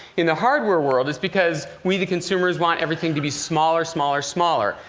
in the hardware world, it's because we the consumers want everything to be smaller, smaller, smaller.